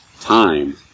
time